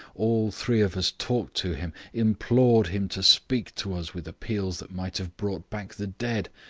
all three of us talked to him, implored him to speak to us with appeals that might have brought back the dead,